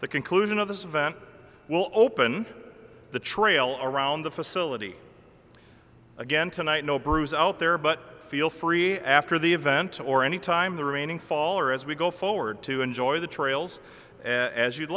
the conclusion of this event will open the trail around the facility again tonight no bruce out there but feel free after the event or any time the remaining fall or as we go forward to enjoy the trails as you'd